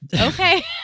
Okay